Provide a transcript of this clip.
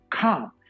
come